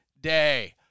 day